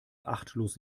achtlos